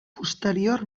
posterior